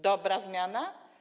Dobra zmiana?